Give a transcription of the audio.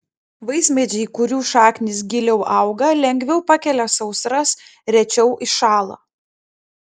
vaismedžiai kurių šaknys giliau auga lengviau pakelia sausras rečiau iššąla